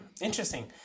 Interesting